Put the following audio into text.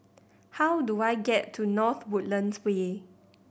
how do I get to North Woodlands Way